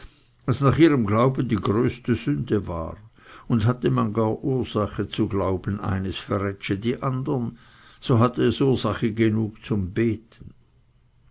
was nach ihrem glauben die größte sünde war und hatte man gar ursache zu glauben eines verrätsche die andern so hatte es ursache genug zum beten